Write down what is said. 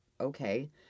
okay